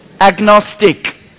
agnostic